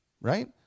right